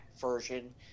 version